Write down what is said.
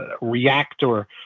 Reactor